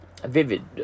Vivid